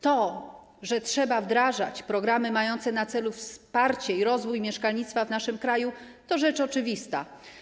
To, że trzeba wdrażać programy mające na celu wsparcie i rozwój mieszkalnictwa w naszym kraju, to rzecz oczywista.